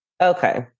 Okay